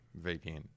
VPN